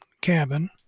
cabin